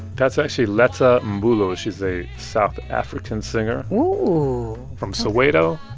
that's actually letta mbulu. she's a south african singer from soweto.